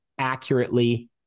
accurately